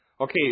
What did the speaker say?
Okay